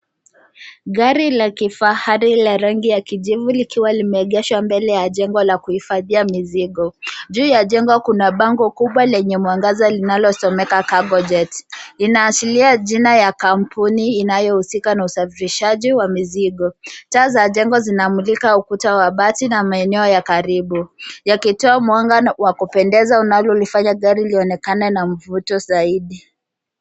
Gari la kifahari la rangi ya kijivi likiwa limeegeshwa kando ya jengo la kuhifadhia mizigo. Juu ya jengo kuna bango kubwa lenye mwangaza linalosomeka carge jet . Inaashiria jina la kampuni inayohusika na usafirishaji wa mizigo. Taa za jengo zinamulika ukuta wa basi na maeneo ya karibu yakitoa mwanga wa kupendea unalolifanya gari lionekane na mvuto zaidi.